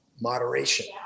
Moderation